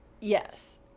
Yes